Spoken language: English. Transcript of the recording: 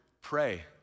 pray